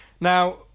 now